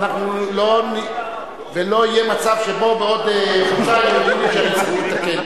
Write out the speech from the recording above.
ולא יהיה מצב שבו בעוד חודשיים יודיעו לי שאני צריך לתקן.